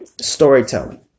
storytelling